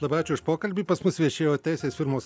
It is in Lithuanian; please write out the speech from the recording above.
labai ačiū už pokalbį pas mus viešėjo teisės firmos